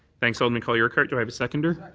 thanks, alderman colley-urquhart. do i have a seconder?